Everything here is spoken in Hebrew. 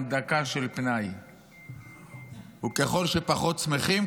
דקה של פנאי --- וככל שפחות שמחים,